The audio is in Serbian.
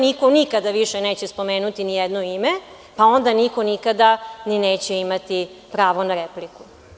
Niko nikada više neće spomenuti nijedno ime, pa onda niko nikada neće imati pravo na repliku.